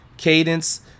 cadence